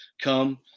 come